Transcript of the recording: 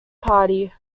party